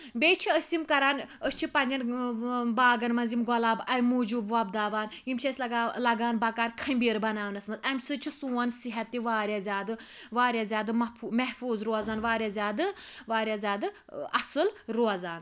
بیٚیہِ چھِ أسۍ یِم کَران أسۍ چھِ پَننٮ۪ن باغَن مَنٛز یِم گۄلاب امہ موٗجوب وۄبداوان یِم چھِ اَسہِ لگا لَگان بَکار خمبیٖر بَناونَس مَنٛز امہِ سۭتۍ چھُ سون صحت تہِ واریاہ زیادٕ واریاہ زیادٕ محفوظ روزان واریاہ زیادٕ واریاہ زیادٕ اصٕل روزان